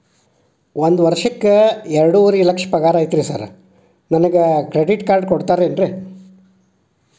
ಒಂದ್ ವರ್ಷಕ್ಕ ಎರಡುವರಿ ಲಕ್ಷ ಪಗಾರ ಐತ್ರಿ ಸಾರ್ ನನ್ಗ ಕ್ರೆಡಿಟ್ ಕಾರ್ಡ್ ಕೊಡ್ತೇರೆನ್ರಿ?